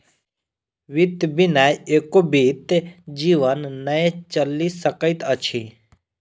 वित्त बिना एको बीत जीवन नै चलि सकैत अछि